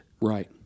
right